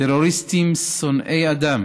טרוריסטים שונאי אדם